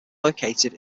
located